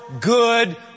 good